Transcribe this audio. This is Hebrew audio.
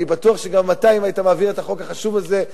אני בטוח שאם היית מעביר את החוק החשוב הזה,